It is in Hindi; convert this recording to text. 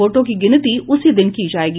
वोटों की गिनती उसी दिन की जायेगी